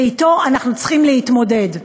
ואתו אנחנו צריכים להתמודד.